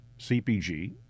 CPG